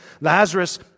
Lazarus